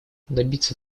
добиться